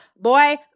Boy